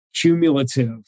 cumulative